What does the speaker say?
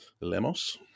Lemos